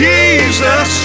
Jesus